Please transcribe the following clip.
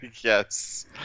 yes